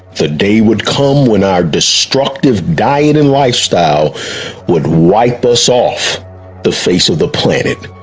the day would come when our destructive diet and lifestyle would wipe us off the face of the planet.